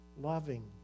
loving